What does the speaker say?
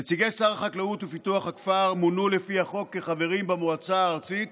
נציגי שר החקלאות ופיתוח הכפר מונו לפי החוק לחברים במועצה הארצית